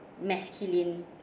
Masculine